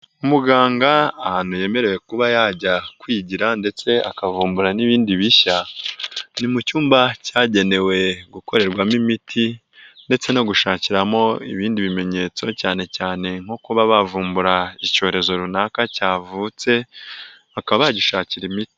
Umuganga ahantu yemerewe kuba yajya kwigira ndetse akavumbura n'ibindi bishya ni mu cyumba cyagenewe gukorerwamo imiti ndetse no gushakiramo ibindi bimenyetso cyane cyane nko kuba bavumbura icyorezo runaka cyavutse bakaba bagishakira imiti.